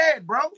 bro